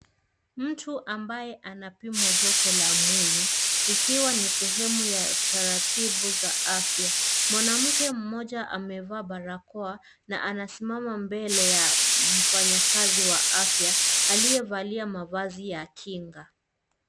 Mtu ambaye anapimwa joto la mwili ikiwa ni sehemu ya taratibu za afya. Mwanamke mmoja amevaa barakoa na anasimama mbele ya mfanyakazi wa afya aliyevalia mavazi ya kinga.